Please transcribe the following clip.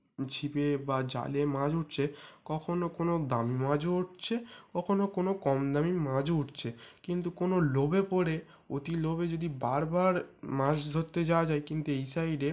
ছিপে বা জালে মাছ উঠছে কখনো কোনো দামি মাছও উঠছে কখনো কোনো কমদামি মাছও উঠছে কিন্তু কোনো লোভে পড়ে অতি লোভে যদি বারবার মাছ ধরতে যাওয়া যায় কিন্তু এই সাইডে